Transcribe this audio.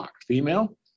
female